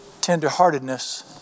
tenderheartedness